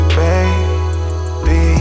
baby